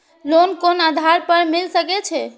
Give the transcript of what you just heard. Loan कोन आधार पर मिल सके छे?